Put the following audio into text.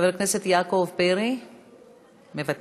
חבר הכנסת יעקב פרי, מוותר.